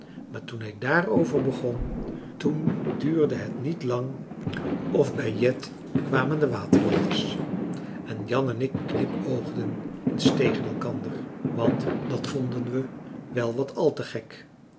maar toen hij daarover begon toen duurde het niet lang of bij jet kwamen de waterlanders en jan en ik knipoogden eens tegen elkander want dat vonden we wel wat al te gek